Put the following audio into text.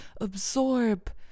absorb